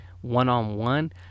one-on-one